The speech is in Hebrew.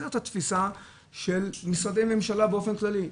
זאת התפיסה של משרדי ממשלה באופן כללי.